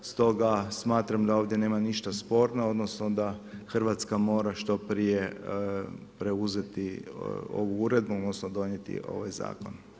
Stoga smatram da ovdje nema ništa sporno odnosno da Hrvatska mora što prije preuzeti ovu uredbu odnosno donijeti ovaj zakon.